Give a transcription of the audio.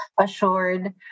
assured